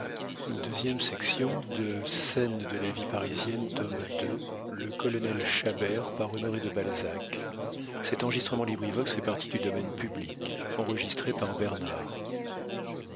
x scènes de la vie parisienne tome ii author honoré de balzac